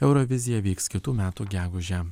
eurovizija vyks kitų metų gegužę